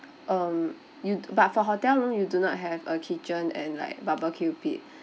um you but for hotel room you do not have a kitchen and like barbecue pit